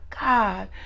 God